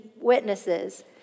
witnesses